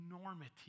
enormity